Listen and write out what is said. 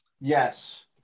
Yes